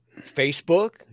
Facebook